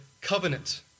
covenant